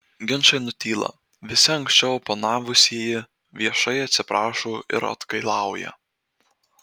ginčai nutyla visi anksčiau oponavusieji viešai atsiprašo ir atgailauja